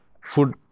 food